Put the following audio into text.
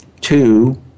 two